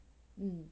mm